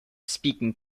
speaking